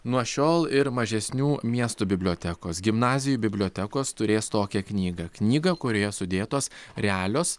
nuo šiol ir mažesnių miestų bibliotekos gimnazijų bibliotekos turės tokią knygą knygą kurioje sudėtos realios